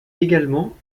également